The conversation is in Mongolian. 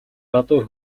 гадуур